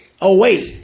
away